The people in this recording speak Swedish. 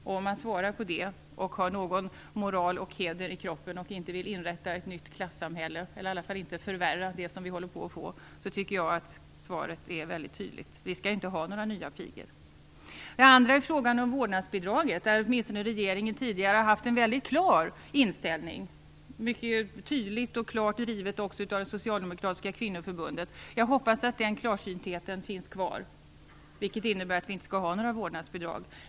Om man har någon moral och heder i kroppen och inte vill förvärra det klassamhälle som vi håller på att få tycker jag att svaret är väldigt tydligt. Vi skall inte ha några nya pigor. I frågan om vårdnadsbidraget har regeringen åtminstone tidigare haft en väldigt klar inställning. Den är mycket tydligt och klart driven också av det socialdemokratiska kvinnoförbundet. Jag hoppas att den klarsyntheten finns kvar, vilket innebär att vi inte skall ha några vårdnadsbidrag.